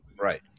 Right